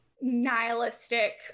nihilistic